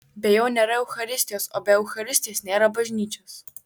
be jo nėra eucharistijos o be eucharistijos nėra bažnyčios